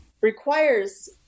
requires